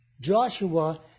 Joshua